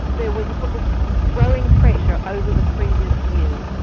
there was this growing pressure over the previous years,